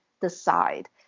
decide